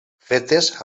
fetes